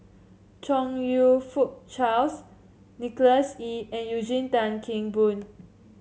Chong You Fook Charles Nicholas Ee and Eugene Tan Kheng Boon